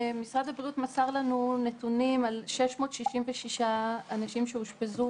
משרד הבריאות מסר לנו נתונים על 666 אנשים שאושפזו